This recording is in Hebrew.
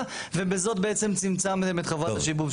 ובזאת בעצם צמצמתם את חובת השיבוב שלכם.